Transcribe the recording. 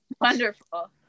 wonderful